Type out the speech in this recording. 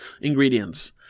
ingredients